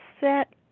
set